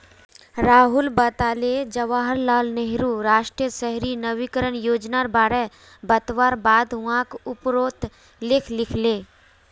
राहुल बताले जवाहर लाल नेहरूर राष्ट्रीय शहरी नवीकरण योजनार बारे बतवार बाद वाक उपरोत लेख लिखले